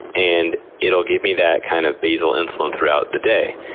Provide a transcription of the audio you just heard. and it'll give me that kind of basal insulin throughout the day.